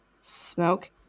smoke